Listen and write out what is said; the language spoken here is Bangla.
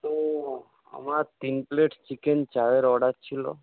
ও আমার তিন প্লেট চিকেন চাউয়ের অর্ডার ছিল